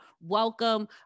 welcome